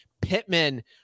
Pittman